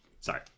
sorry